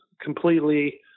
completely